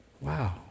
wow